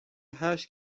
هشت